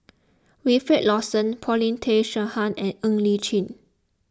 Wilfed Lawson Paulin Tay Straughan and Ng Li Chin